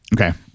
Okay